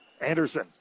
Anderson